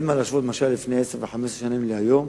אין מה להשוות את מה שהיה לפני 10 ו-15 שנים להיום.